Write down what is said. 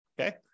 okay